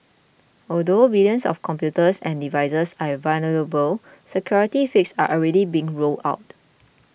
although billions of computers and devices are vulnerable security fixes are already being rolled out